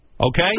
Okay